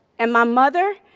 and my mother,